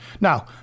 Now